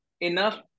enough